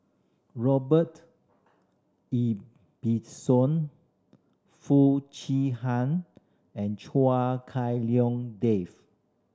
Robert Ibbetson Foo Chee Han and Chua Hak Lien Dave